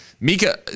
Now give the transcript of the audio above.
Mika